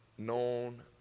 Known